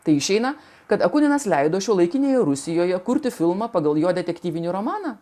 tai išeina kad kunigas leido šiuolaikinėje rusijoje kurti filmą pagal jo detektyvinį romaną